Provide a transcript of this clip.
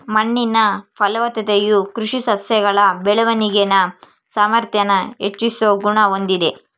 ಮಣ್ಣಿನ ಫಲವತ್ತತೆಯು ಕೃಷಿ ಸಸ್ಯಗಳ ಬೆಳವಣಿಗೆನ ಸಾಮಾರ್ಥ್ಯಾನ ಹೆಚ್ಚಿಸೋ ಗುಣ ಹೊಂದಿದೆ